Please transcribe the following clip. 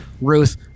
Ruth